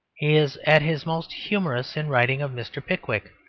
is at his most humorous in writing of mr. pickwick,